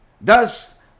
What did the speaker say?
thus